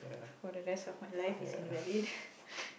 for the rest of my life is invalid